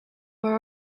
were